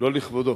לא לכבודו.